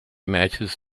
matches